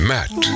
Matt